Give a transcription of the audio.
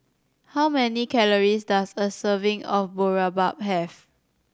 how many calories does a serving of Boribap have